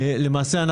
למעשה,